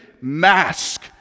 mask